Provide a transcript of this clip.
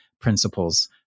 principles